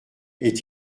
est